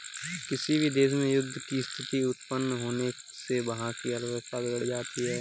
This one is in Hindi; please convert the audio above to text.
किसी भी देश में युद्ध की स्थिति उत्पन्न होने से वहाँ की अर्थव्यवस्था बिगड़ जाती है